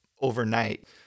overnight